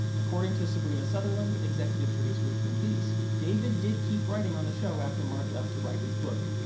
according to sabrina sutherland, executive producer of twin peaks david did keep writing on the show after mark left to write his book.